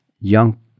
young